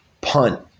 punt